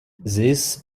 these